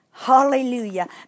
Hallelujah